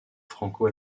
franco